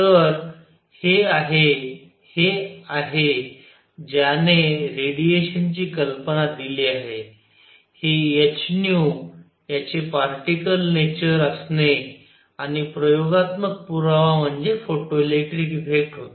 तर हे आहे हे आहे ज्याने रेडिएशनची कल्पना दिली आहे हे h याचे पार्टीकल नेचर असणे आणि प्रयोगात्मक पुरावा म्हणजे फोटोइलेक्ट्रिक इफेक्ट होता